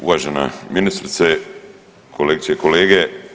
Uvažena ministrice, kolegice i kolege.